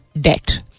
debt